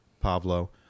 Pablo